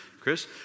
Chris